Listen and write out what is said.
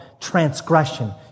transgression